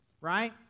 right